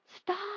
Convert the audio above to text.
stop